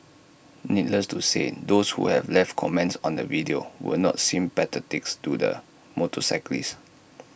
needless to say those who have left comments on the video were not sympathetic to the motorcyclist